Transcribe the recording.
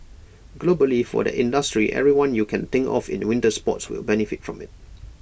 globally for that industry everyone you can think of in winter sports will benefit from IT